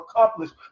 accomplished